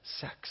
sex